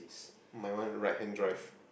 mine one right hand drive